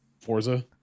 forza